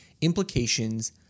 Implications